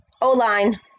O-Line